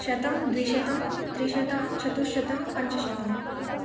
शतं द्विशतं त्रिशतं चतुश्शतं पञ्चशतम्